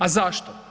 A zašto?